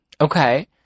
okay